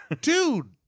Dude